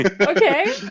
Okay